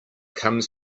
comes